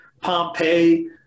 Pompeii